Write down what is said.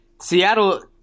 Seattle